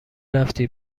رفتی